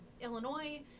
Illinois